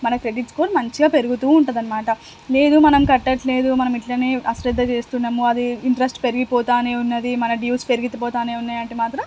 మన credit score మంచిగా పెరుగుతూ ఉంటుంది అన్నమాట లేదు మనం కట్టటం లేదు మనం ఇలానే అశ్రద్ధ చేస్తున్నాము అది ఇంట్రస్ట్ పెరిగిపోతూనే ఉంది మన డ్యూస్ పెరిగిపోతూనే ఉన్నాయి అంటే మాత్రం